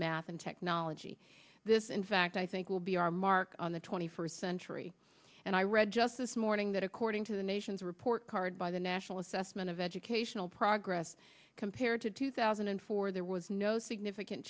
math and technology this in fact i think will be our mark on the twenty first century and i read just this morning that according to the nation's report card by the national assessment of educational progress compared to two thousand and four there was no significant